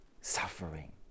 Suffering